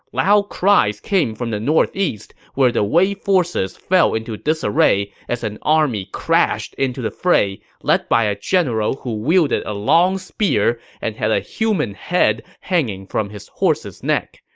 loud cries came from the northeast, where the wei forces fell into disarray as an army crashed into the fray, led by a general who wielded a long spear and had a human head hanging from his horse's neck.